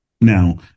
Now